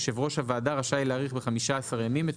יושב ראש הוועדה רשאי להאריך ב- 15 ימים את